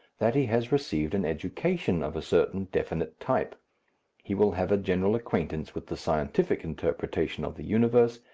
that he has received an education of a certain definite type he will have a general acquaintance with the scientific interpretation of the universe,